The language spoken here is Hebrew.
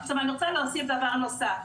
עכשיו אני רוצה להוסיף דבר נוסף,